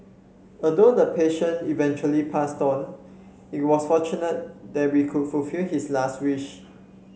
although the patient eventually passed on it was fortunate that we could fulfil his last wish